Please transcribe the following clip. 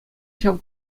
ҫав